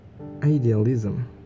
idealism